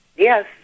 Yes